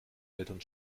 eltern